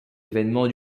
événements